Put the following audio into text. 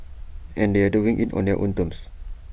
and they are doing IT on their own terms